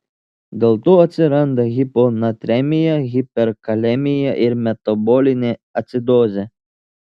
dėlto atsiranda hiponatremija hiperkalemija ir metabolinė acidozė